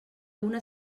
una